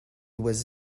was